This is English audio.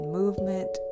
movement